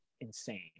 insane